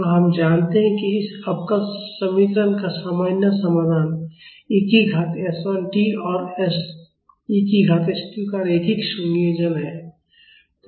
तो हम जानते हैं कि इस अवकल समीकरण का सामान्य समाधान e की घात s 1 t और e की घात s 2 t का रैखिक संयोजन है